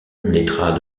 naîtra